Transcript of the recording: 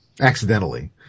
accidentally